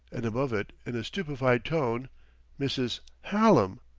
and above it, in a stupefied tone mrs. hallam!